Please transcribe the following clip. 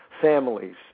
families